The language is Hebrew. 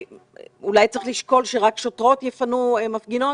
אולי צריך לשקול שרק שוטרות יפנו מפגינות,